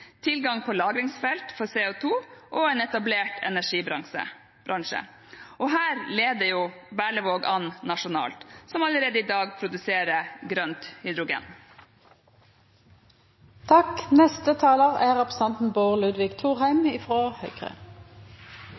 tilgang på lagringsfelt for CO 2 og en etablert energibransje. Her leder Berlevåg an nasjonalt og produserer allerede i dag grønt